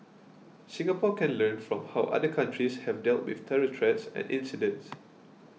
Singapore can learn from how other countries have dealt with terror threats and incidents